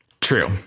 True